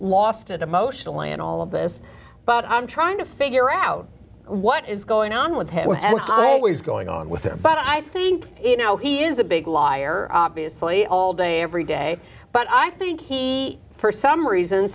lost emotional and all of this but i'm trying to figure out what is going on with him and it's always going on with him but i think you know he is a big liar obviously all day every day but i think he for some reason